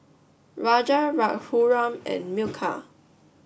Raja Raghuram and Milkha